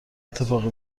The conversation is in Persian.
اتفاقی